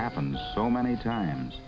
happens so many times